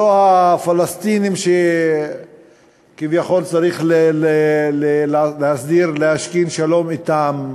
לא הפלסטינים, שכביכול צריך להשכין שלום אתם,